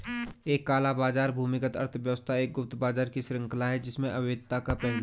एक काला बाजार भूमिगत अर्थव्यवस्था एक गुप्त बाजार की श्रृंखला है जिसमें अवैधता का पहलू है